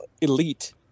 elite